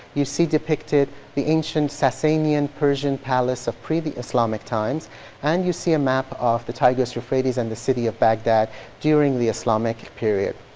you see depicted the ancient sasanian persian palace of pre-islamic times and you see a map of the tigris, euphrates and the city of baghdad during the islamic period.